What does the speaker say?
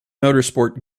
motorsport